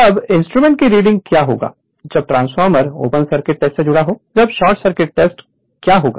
अब इंस्ट्रूमेंट की रीडिंग क्या होगी जब ट्रांसफॉर्मर ओपन सर्किट टेस्ट से जुड़ा हो तब शॉर्ट सर्किट टेस्ट क्या होगा